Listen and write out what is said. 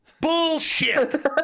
bullshit